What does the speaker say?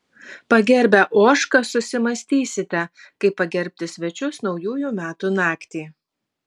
pagerbę ožką susimąstysite kaip pagerbti svečius naujųjų metų naktį